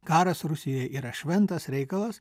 karas rusijoje yra šventas reikalas